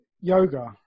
yoga